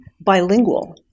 bilingual